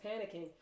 panicking